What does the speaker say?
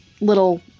little